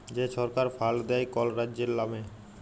যে ছরকার ফাল্ড দেয় কল রাজ্যের লামে